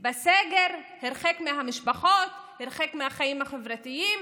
בסגר, הרחק מהמשפחות, הרחק מהחיים החברתיים,